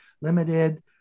limited